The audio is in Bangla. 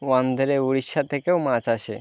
বন্দরে উড়িষ্যা থেকেও মাছ আসে